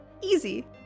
Easy